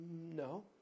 No